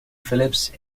phillips